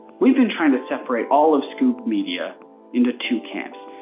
we've been trying to separate all of scoob media into two camps,